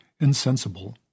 insensible